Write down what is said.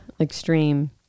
extreme